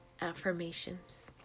affirmations